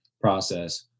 process